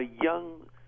young